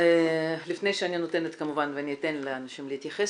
לפני שאני נותנת ואני אתן לאנשים פה להתייחס,